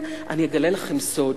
אני אגלה לכם סוד,